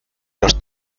los